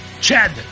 Chad